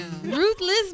Ruthless